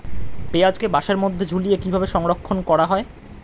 পেঁয়াজকে বাসের মধ্যে ঝুলিয়ে কিভাবে সংরক্ষণ করা হয়?